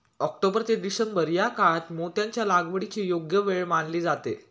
October ते December या काळात मोत्यांच्या लागवडीची योग्य वेळ मानली जाते